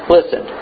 Listen